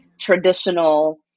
traditional